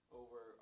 over